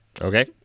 Okay